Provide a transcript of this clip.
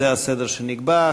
זה הסדר שנקבע.